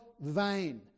vain